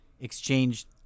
exchanged